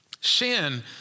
Sin